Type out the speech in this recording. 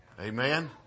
Amen